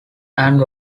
anne